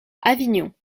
avignon